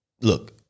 look